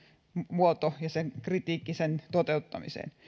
muoto ja kritiikki sen toteuttamiseen